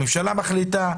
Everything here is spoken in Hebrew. הממשלה מחליטה,